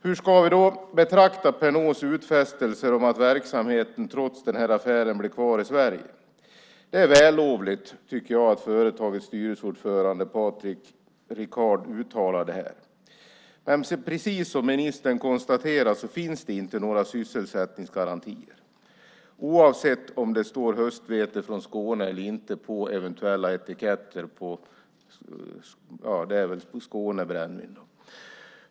Hur ska vi betrakta Pernods utfästelser om att verksamheten trots affären blir kvar i Sverige? Det är vällovligt att företagets styrelseordförande Patrick Ricard uttalar detta. Men precis som ministern konstaterar finns det inte några sysselsättningsgarantier, oavsett om det står höstvete från Skåne eller inte på eventuella etiketter på brännvin från Skåne.